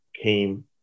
came